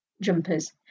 jumpers